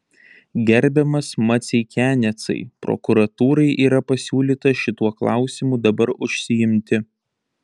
gerbiamas maceikianecai prokuratūrai yra pasiūlyta šituo klausimu dabar užsiimti